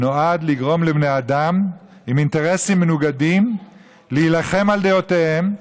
נועד לגרום לבני אדם עם אינטרסים מנוגדים להילחם על דעותיהם,